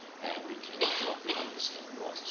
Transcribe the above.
we can help them understand